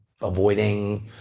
Avoiding